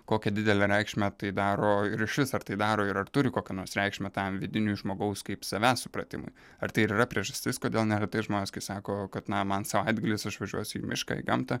kokią didelę reikšmę tai daro ir šis ar tai daro ir ar turi kokią nors reikšmę tam vidiniui žmogaus kaip savęs supratimui ar tai ir yra priežastis kodėl neretai žmonės kai sako kad na man savaitgalis išvažiuosiu į mišką į gamtą